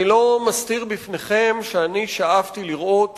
אני לא מסתיר מפניכם שאני שאפתי לראות